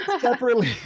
separately